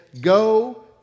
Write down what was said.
go